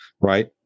right